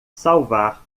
salvar